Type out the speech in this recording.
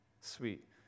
Sweet